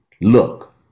Look